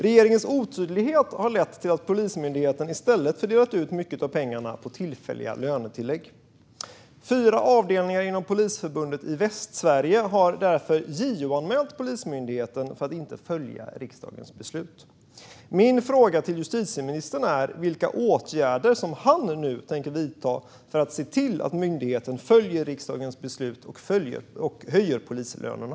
Regeringens otydlighet har lett till att Polismyndigheten i stället har fördelat ut mycket av pengarna på tillfälliga lönetillägg. Fyra avdelningar inom Polisförbundet i Västsverige har därför JO-anmält Polismyndigheten för att inte följa riksdagens beslut. Min fråga till justitieministern är vilka åtgärder han nu tänker vidta för att se till att myndigheten följer riksdagens beslut och höjer polislönerna.